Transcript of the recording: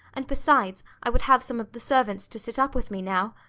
and, besides, i would have some of the servants to sit up with me now.